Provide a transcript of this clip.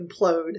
implode